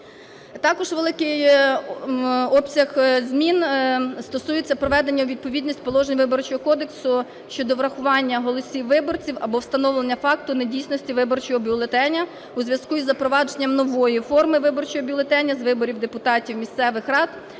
Також великий обсяг змін стосується приведення у відповідність положень Виборчого кодексу щодо врахування голосів виборців або встановлення факту недійсності виборчого бюлетеня у зв'язку із запровадженням нової форми виборчого бюлетеня з виборів депутатів місцевих рад